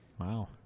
Wow